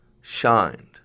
shined